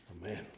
Amen